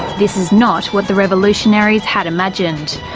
this is not what the revolutionaries had imagined.